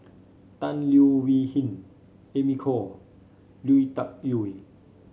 Tan Leo Wee Hin Amy Khor Lui Tuck Yew